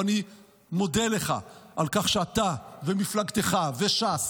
אני מודה לך על כך שאתה ומפלגתך וש"ס